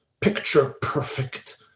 picture-perfect